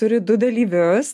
turi du dalyvius